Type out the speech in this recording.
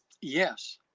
Yes